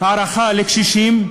הערכה לקשישים,